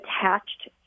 attached